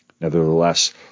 Nevertheless